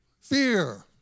Fear